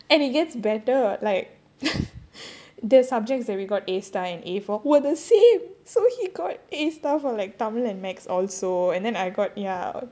and it gets better like the subjects that we got A star and A for were the same so he got A star for like tamil and mathematics also and then I got ya